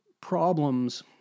problems